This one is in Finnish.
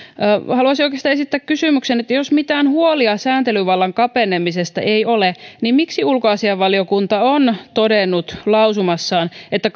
haluaisin oikeastaan esittää kysymyksen että jos mitään huolia sääntelyvallan kapenemisesta ei ole niin miksi ulkoasiainvaliokunta on todennut lausumassaan että